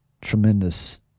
tremendous